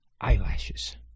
eyelashes